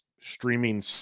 streaming